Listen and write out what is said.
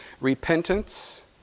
Repentance